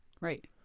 Right